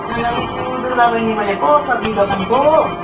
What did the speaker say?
hello Durga बहिनी बोलेको सब्जी दोकानको